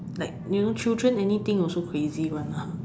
like you know children anything also crazy [one] lah